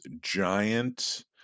giant